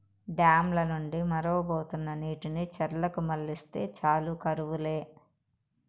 dam ల నుండి మొరవబోతున్న నీటిని చెర్లకు మల్లిస్తే చాలు కరువు లే